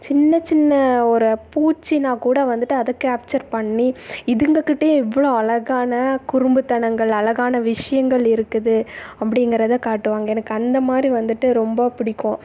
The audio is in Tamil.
சின்ன சின்ன ஒரு பூச்சினால் கூட வந்துட்டு அத கேப்ச்சர் பண்ணி இதுங்க கிட்டவே இவ்வளோ அழகான குறும்புத்தனங்கள் அழகான விஷயங்கள் இருக்குது அப்படிங்கறத காட்டுவாங்கள் எனக்கு அந்தமாதிரி வந்துட்டு ரொம்ப பிடிக்கும்